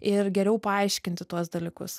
ir geriau paaiškinti tuos dalykus